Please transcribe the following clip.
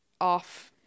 off